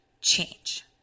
change